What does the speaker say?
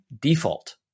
default